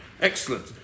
Excellent